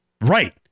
Right